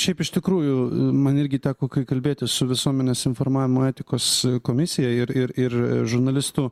šiaip iš tikrųjų man irgi teko kai kalbėtis su visuomenės informavimo etikos komisija ir ir ir žurnalistų